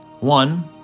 One